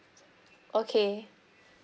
okay